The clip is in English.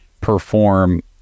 perform